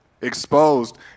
exposed